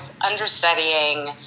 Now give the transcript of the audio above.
understudying